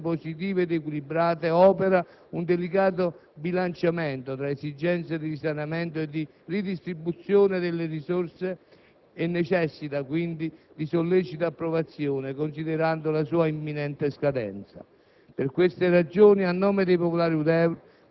Il decreto, che contiene dunque molte scelte positive ed equilibrate, opera un dedicato bilanciamento tra esigenze di risanamento e di ridistribuzione delle risorse e necessita quindi, di sollecita approvazione, considerando la sua imminente scadenza.